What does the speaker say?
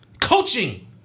Coaching